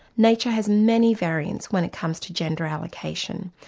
nature has many variants when it comes to gender allocation.